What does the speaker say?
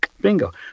bingo